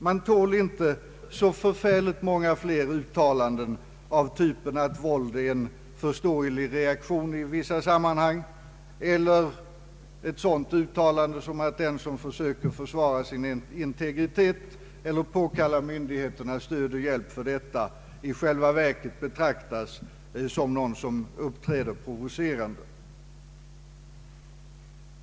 Man tål inte så förfärligt många mer uttalanden av typen att väsendet våld är en förståelig reaktion i vissa sammanhang eller av typen att den som nu försöker försvara sin integritet eller påkalla myndigheternas stöd och hjälp härför i själva verket betraktas som någon som uppträder provocerande.